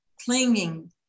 clinging